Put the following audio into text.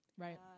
Right